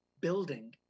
building